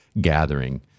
gathering